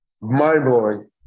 mind-blowing